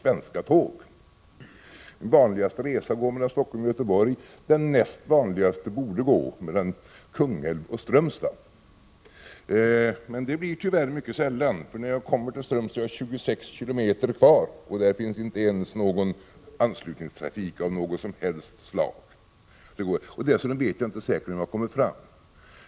Min vanligaste resa är mellan Stockholm och Göteborg, den näst vanligaste borde vara den mellan Kungälv och Strömstad. Men den blir mycket sällan av, för när jag kommer till Strömstad har jag 26 km kvar, och det förekommer ingen som helst anslutningstrafik. Dessutom vet jag inte säkert om jag kommer fram.